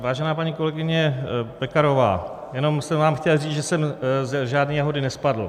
Vážená paní kolegyně Pekarová, jenom jsem vám chtěl říct, že jsem ze žádné jahody nespadl.